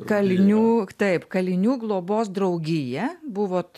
kalinių taip kalinių globos draugija buvot